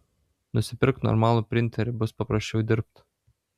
nusipirk normalų printerį bus paprasčiau dirbt